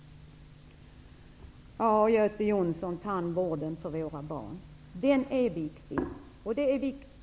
Göte Jonsson tar också upp tandvården för barn, och den är viktig.